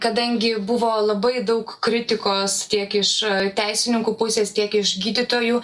kadangi buvo labai daug kritikos tiek iš teisininkų pusės tiek iš gydytojų